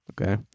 okay